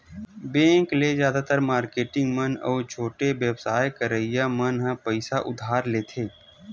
bank ले जादातर marketing मन अउ छोटे बेवसाय करइया मन ह पइसा उधार लेथे